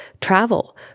travel